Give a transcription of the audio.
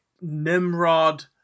Nimrod